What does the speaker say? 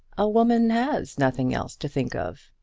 a woman has nothing else to think of.